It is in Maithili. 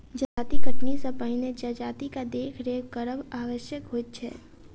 जजाति कटनी सॅ पहिने जजातिक देखरेख करब आवश्यक होइत छै